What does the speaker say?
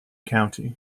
county